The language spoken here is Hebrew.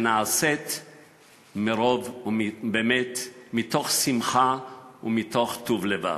שנעשית באמת מתוך שמחה ומתוך טוב לבב.